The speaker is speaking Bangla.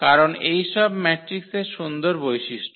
কারণ এইসব ম্যাট্রিকের সুন্দর বৈশিষ্ট্য